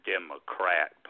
Democrat